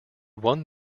won